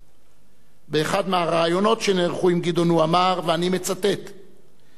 באחד מהראיונות שנערכו עם גדעון הוא אמר: "אני רואה עצמי